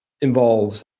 involves